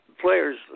players